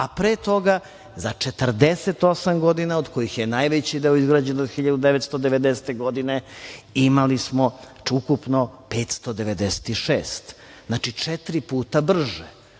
a pre toga za 48 godina, od kojih je najveći deo izgrađen do 1990. godine, imali smo ukupno 596. Znači, četiri puta brže,